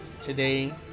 today